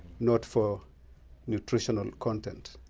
not for nutritional content.